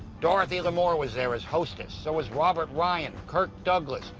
dorothy lamour was there as hostess. so was robert ryan, kirk douglas,